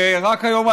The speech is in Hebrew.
ורק היום,